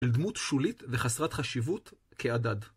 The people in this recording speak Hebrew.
לדמות שולית וחסרת חשיבות כעדד.